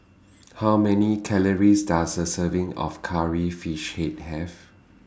How Many Calories Does A Serving of Curry Fish Head Have